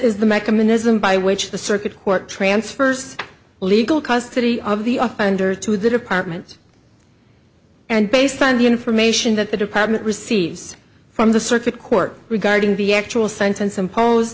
is the mechanism by which the circuit court transfers legal custody of the up under to the department and based on the information that the department receives from the circuit court regarding the actual sentence impose